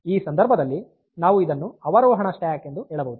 ಈ ಸಂದರ್ಭದಲ್ಲಿ ನಾವು ಇದನ್ನು ಅವರೋಹಣ ಸ್ಟ್ಯಾಕ್ ಎಂದು ಹೇಳಬಹುದು